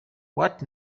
what